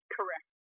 Correct